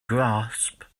grasp